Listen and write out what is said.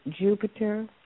Jupiter